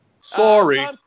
Sorry